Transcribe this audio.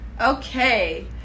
Okay